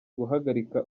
guhagarika